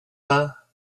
her